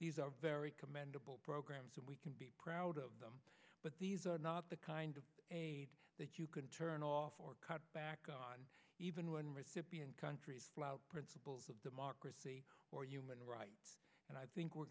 these are very commendable programs and we can be proud of them but these are not the kind of aid that you can turn off or cut back on even one recipient countries principles of democracy or human rights and i think we're